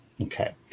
Okay